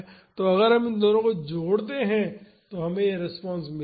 तो अगर हम इन दोनों को जोड़ते हैं तो हमें यह रिस्पांस मिलेगा